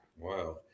Wow